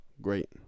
Great